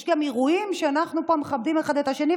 יש גם אירועים שאנחנו פה מכבדים אחד את השני,